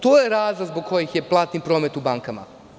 To je razlog zbog koga je platni promet u bankama.